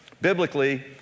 Biblically